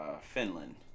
Finland